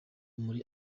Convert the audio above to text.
muri